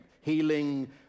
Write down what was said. healing